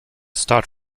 start